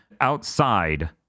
Outside